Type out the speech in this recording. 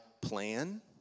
plan